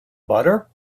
butter